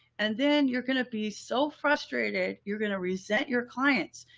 and then you're going to be so frustrated. you're going to resent your clients.